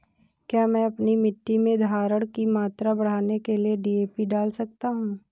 क्या मैं अपनी मिट्टी में धारण की मात्रा बढ़ाने के लिए डी.ए.पी डाल सकता हूँ?